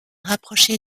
rapprochée